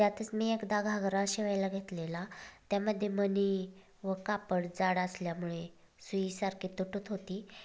त्यातच मी एकदा घागरा शिवायला घेतलेला त्यामध्ये मणी व कापड जाड असल्यामुळे सुई सारखी तुटत होती